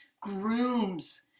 grooms